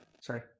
Sorry